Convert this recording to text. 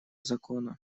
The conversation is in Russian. закона